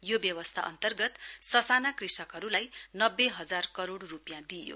यो व्यवस्था अन्तर्गत ससाना कृषकहरूलाई नब्बे हजार करोइ रूपियाँ दिइयो